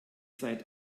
seid